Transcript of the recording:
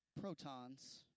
protons